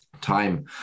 time